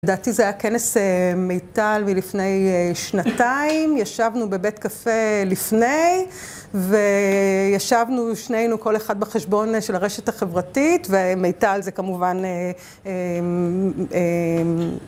דעתי זה היה כנס מיטל מלפני שנתיים, ישבנו בבית קפה לפני וישבנו שנינו כל אחד בחשבון של הרשת החברתית ומיטל זה כמובן